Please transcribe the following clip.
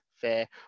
fair